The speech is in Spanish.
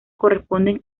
corresponden